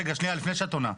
רגע, לפני שאת עונה.